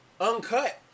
uncut